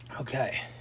Okay